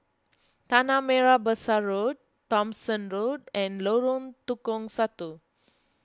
Tanah Merah Besar Road Thomson Road and Lorong Tukang Satu